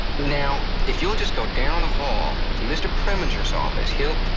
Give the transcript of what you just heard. now, if you'll just go down the hall to mr. preminger's office, he'll.